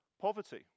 poverty